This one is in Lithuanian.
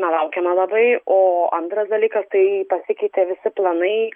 na laukiame labai o antras dalykas tai pasikeitė visi planai